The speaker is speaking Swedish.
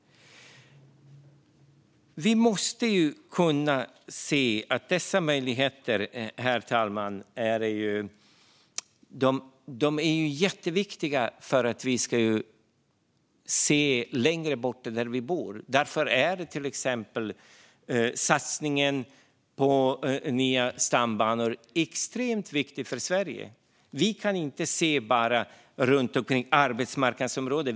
Det är viktigt att vi ser längre bort än bara där vi bor. Till exempel är satsningar på nya stambanor extremt viktiga för Sverige. Vi kan inte bara se våra egna arbetsmarknadsområden.